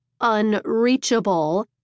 unreachable